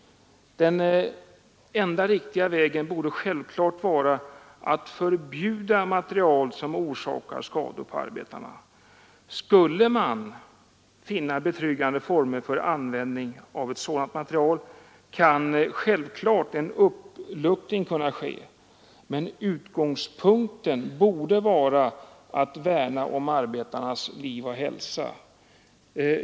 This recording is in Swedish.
Den enda riktiga vägen borde självklart vara att förbjuda material som orsakar skador på arbetarna. Skulle man finna betryggande former för användande av sådant material bör en uppluckring kunna ske, men utgångspunkten borde vara att värna om arbetarnas liv och hälsa.